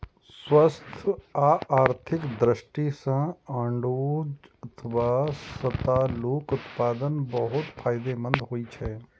स्वास्थ्य आ आर्थिक दृष्टि सं आड़ू अथवा सतालूक उत्पादन बहुत फायदेमंद होइ छै